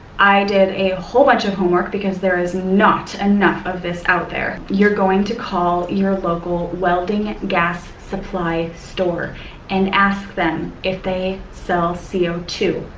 i did a whole bunch of homework because there is not enough of this out there. you're going to call your local welding gas supply store and ask them if they sell c o um two.